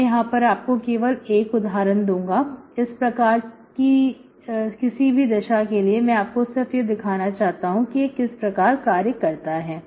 मैं यहां पर आपको केवल एक उदाहरण दूंगा इस प्रकार कि किसी भी दशा के लिए मैं आपको सिर्फ यह दिखाना चाहता हूं कि यह किस प्रकार कार्य करता है